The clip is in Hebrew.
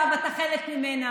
ואתה חלק ממנה.